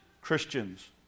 Christians